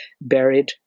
buried